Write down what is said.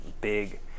big